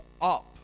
up